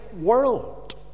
world